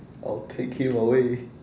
I'll take him away